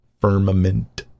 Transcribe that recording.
firmament